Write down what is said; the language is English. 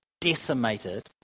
decimated